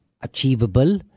achievable